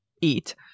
eat